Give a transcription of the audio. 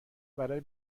برای